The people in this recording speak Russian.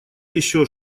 еще